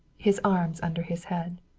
his arms under his head.